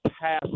past